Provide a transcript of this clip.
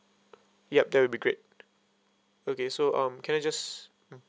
yup that will be great okay so um can I just mm